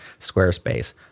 Squarespace